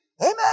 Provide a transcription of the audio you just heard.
Amen